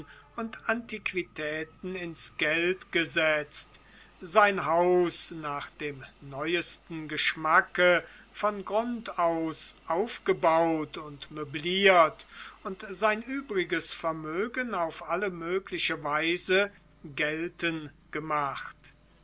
und antiquitäten ins geld gesetzt sein haus nach dem neuesten geschmacke von grund aus aufgebaut und möbliert und sein übriges vermögen auf alle mögliche weise gelten gemacht